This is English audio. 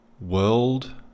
World